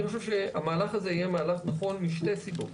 אני חושב שהמהלך הזה יהיה מהלך נכון משתי סיבות: